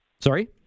Sorry